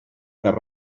per